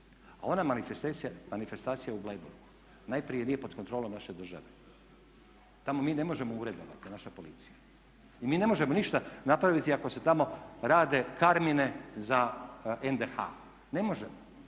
a ona manifestacija u Bleiburgu najprije nije pod kontrolom naše države. Tamo mi ne možemo uredovati, naša policija i mi ne možemo ništa napraviti ako se tamo rade karmine za NDH. Ne možemo!